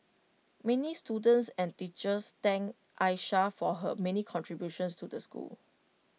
many students and teachers thanked Aisha for her many contributions to the school